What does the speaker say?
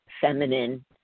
feminine